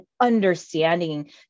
understanding